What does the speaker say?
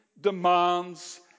demands